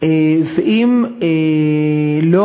ואם לא